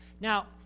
Now